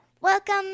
Welcome